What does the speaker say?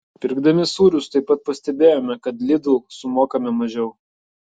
pirkdami sūrius taip pat pastebėjome kad lidl sumokame mažiau